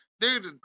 Dude